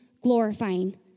glorifying